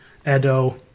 Edo